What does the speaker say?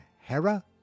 hera